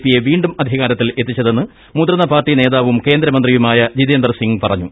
പിയെ വീണ്ടും അധികാരത്തിൽ എത്തിച്ചതെന്ന് മുതിർന്ന പാർട്ടി നേതാവും കേന്ദ്രമന്ത്രിയുമായ ജിതേന്ദർ സിങ് പറഞ്ഞു